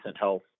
health